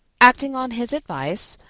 acting on his advice,